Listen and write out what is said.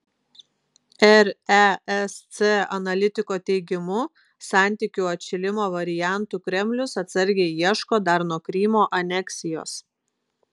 resc analitiko teigimu santykių atšilimo variantų kremlius atsargiai ieško dar nuo krymo aneksijos